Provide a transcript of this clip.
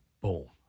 boom